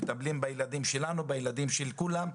מטפלים בילדים שלנו, בילדים של כולם.